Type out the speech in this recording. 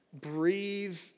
Breathe